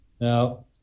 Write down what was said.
Now